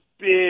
big